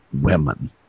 women